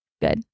good